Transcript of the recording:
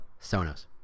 Sonos